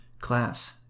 Class